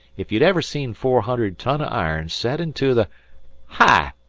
if you'd ever seen four hundred ton o' iron set into the hi!